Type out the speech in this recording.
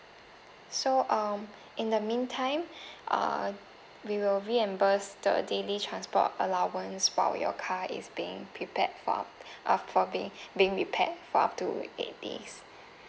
so um in the meantime uh we will reimburse the daily transport allowance while your car is being prepared for uh for being being repaired for up to eight days